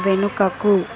వెనుకకు